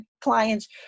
clients